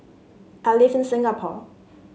I live in Singapore